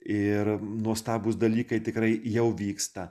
ir nuostabūs dalykai tikrai jau vyksta